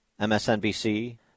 MSNBC